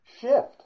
shift